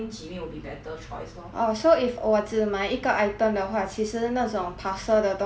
orh so if 我只买一个 item 的话其实那种 parcel 的东西就不会划算 ah